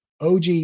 OG